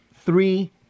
three